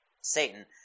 Satan